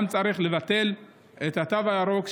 גם צריך לבטל את התו הירוק,